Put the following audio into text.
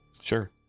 Sure